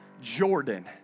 Jordan